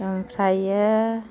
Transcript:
ओमफ्रायो